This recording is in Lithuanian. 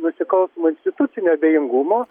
nusikalstamo institucinio abejingumo